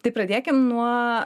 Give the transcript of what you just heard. tai pradėkim nuo